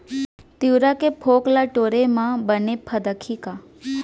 तिंवरा के फोंक ल टोरे म बने फदकही का?